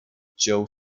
joe